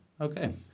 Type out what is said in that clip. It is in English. Okay